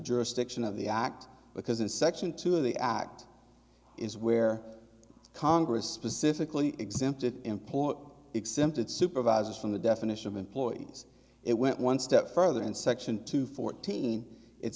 jurisdiction of the act because in section two of the act is where congress specifically exempted imports exempted supervisors from the definition of employees it went one step further and section two fourteen it